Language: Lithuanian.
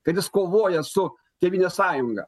kad jis kovoja su tėvynės sąjunga